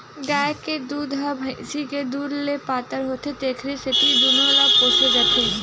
गाय के दूद ह भइसी के दूद ले पातर होथे तेखर सेती दूनो ल पोसे जाथे